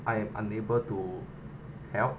I am unable to help